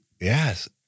Yes